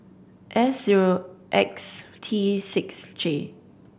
S zero X T six J